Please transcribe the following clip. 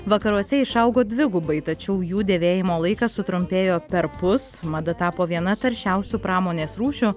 vakaruose išaugo dvigubai tačiau jų dėvėjimo laikas sutrumpėjo perpus mada tapo viena taršiausių pramonės rūšių